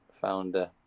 founder